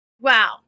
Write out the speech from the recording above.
Wow